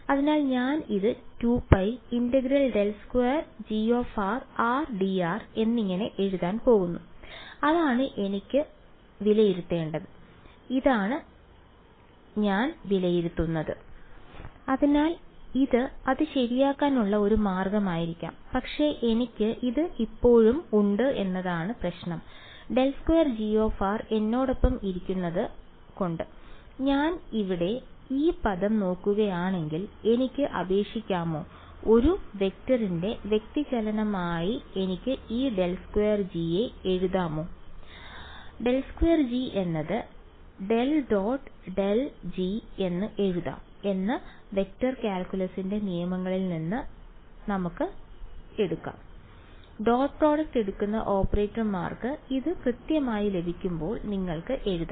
അതിനാൽ ഞാൻ ഇത് 2π ∫∇2G rdr എന്നിങ്ങനെ എഴുതാൻ പോകുന്നു അതാണ് എനിക്ക് വിലയിരുത്തേണ്ടത് ഇതാണ് ഇത് കൃത്യമായി ലഭിക്കുമെന്ന് നിങ്ങൾക്ക് എഴുതാം